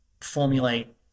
formulate